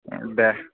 दे